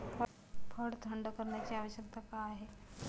फळ थंड करण्याची आवश्यकता का आहे?